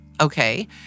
Okay